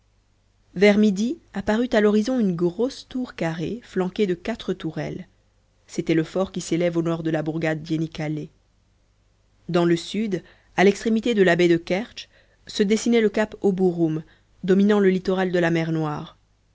vers midi apparut à l'horizon une grosse tour carrée flanquée de quatre tourelles c'était le fort qui s'élève au nord de la bourgade d'iénikalé dans le sud à l'extrémité de la baie de kertsch se dessinait le cap au bouroum dominant le littoral de la mer noire